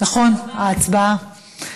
נכון, הצבעה.